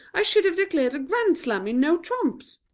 i should have declared a grand slam in no trumps!